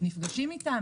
נפגשים איתן?